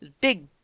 Big